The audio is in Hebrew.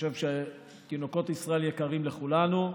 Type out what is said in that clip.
חושב שתינוקות ישראל יקרים לכולנו.